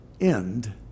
end